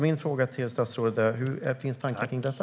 Min fråga till statsrådet är: Finns det några tankar om detta?